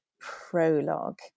prologue